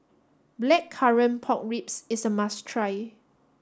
blackcurrant pork ribs is a must try